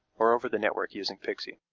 or over the network using pxe. yeah